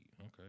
Okay